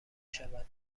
شوند